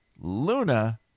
luna